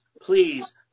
please